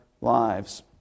lives